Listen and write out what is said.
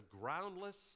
groundless